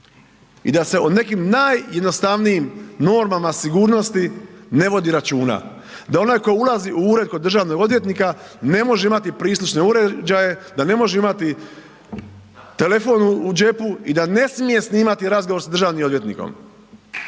i da se o nekim najjednostavnijim normama sigurnosti ne vodi računa, da onaj ko ulazi u ured kod državnog odvjetnika ne može imati prislušne uređaje, da ne može imati telefon u džepu i da ne smije snimati razgovor s državnim odvjetnikom.